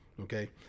Okay